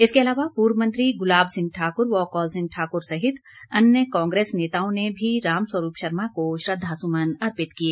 इसके अलावा पूर्व मंत्री गुलाब सिंह ठाकुर व कौल सिंह ठाकुर सहित अन्य कांग्रेस नेताओं ने भी रामस्वरूप शर्मा को श्रद्वासुमन अर्पित किए